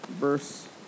verse